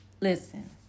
listen